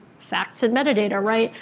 facts and meta data, right.